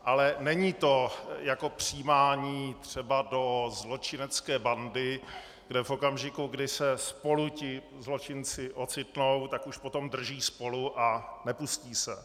Ale není to jako přijímání třeba do zločinecké bandy, kde v okamžiku, kdy se spolu ti zločinci ocitnou, tak už potom drží spolu a nepustí se.